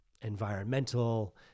environmental